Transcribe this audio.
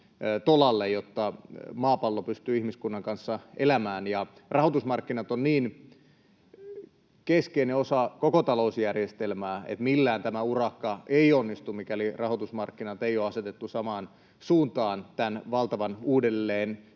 jotta maapallo pystyy ihmiskunnan kanssa elämään. Ja rahoitusmarkkinat ovat niin keskeinen osa koko talousjärjestelmää, että millään tämä urakka ei onnistu, mikäli rahoitusmarkkinoita ei ole asetettu samaan suuntaan tämän valtavan uudelleen